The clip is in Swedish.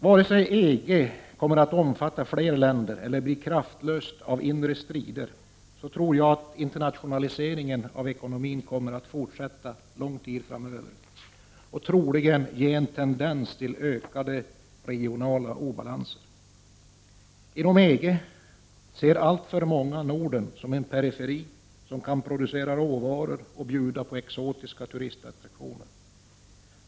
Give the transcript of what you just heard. Oavsett om EG kommer att omfatta fler länder eller blir kraftlöst av inre strider kommer internationaliseringen av ekonomin troligen att fortsätta lång tid framöver och sannolikt resultera i en tendens till ökade regionala obalanser. Inom EG ser alltför många Norden som en periferi där man kan producera råvaror och bjuda på exotiska turistattraktioner.